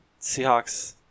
Seahawks